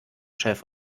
chef